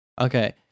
Okay